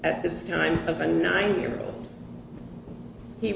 at this time of a nine year old he